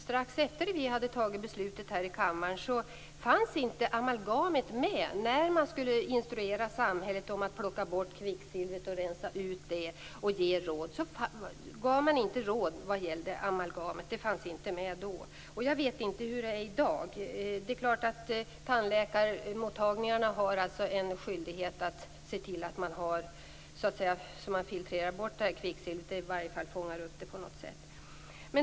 Strax efter det att beslutet fattades i kammaren fanns inte amalgam med i instruktioner och råd om att rensa bort kvicksilver. Det gavs inte några råd gällande amalgam. Jag vet inte hur det är i dag. Tandläkarmottagningar har en skyldighet att se till att det går att filtrera bort kvicksilvret.